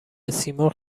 سیمرغ